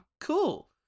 cool